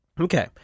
Okay